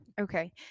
Okay